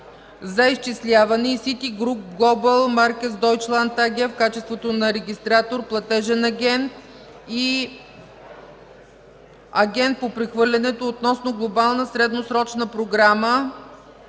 по изчисляване и Ситигруп Глобъл Маркетс Дойчланд АГ в качеството на Регистратор, Платежен агент и Агент по прехвърлянето относно Глобална средносрочна програма